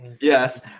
yes